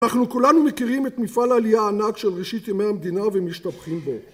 אנחנו כולנו מכירים את מפעל העלייה הענק של ראשית ימי המדינה ומשתבחים בו